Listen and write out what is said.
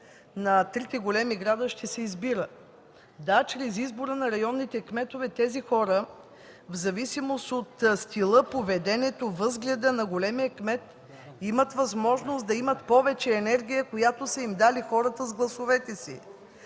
на трите големи града ще се избира. Да, чрез избора на районните кметове тези хора, в зависимост от стила, поведението, възгледа на големия кмет, имат възможност да имат повече енергия, която са им дали хората с гласовете си.